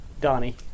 Donnie